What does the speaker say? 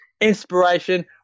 inspiration